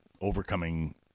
overcoming